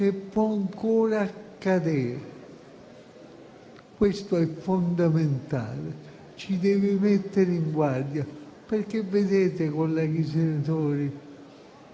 può ancora accadere. Questo è fondamentale: ci deve mettere in guardia, perché - colleghi senatori